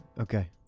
Okay